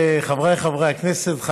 חבריי חברי הכנסת,